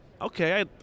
okay